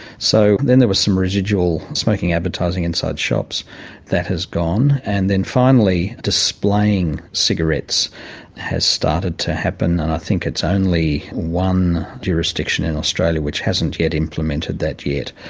so then there was some residual smoking advertising inside shops that has gone. and then, finally, displaying cigarettes has started to happen, and i think it's only one jurisdiction in australia which hasn't yet implemented that yet.